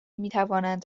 میتوانند